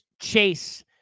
chase